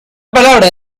palabra